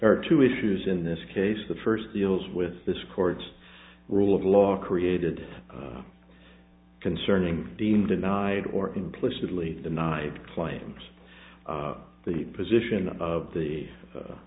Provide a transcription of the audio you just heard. are two issues in this case the first deals with this court's rule of law created concerning deem denied or implicitly denied claims the position of the